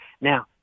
Now